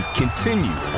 continue